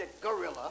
gorilla